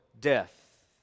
death